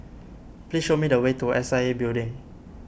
please show me the way to S I A Building